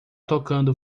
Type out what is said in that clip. tocando